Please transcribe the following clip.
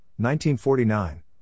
1949